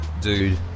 Dude